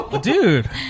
Dude